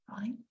right